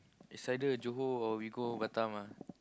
it's either Johor or we go Batam ah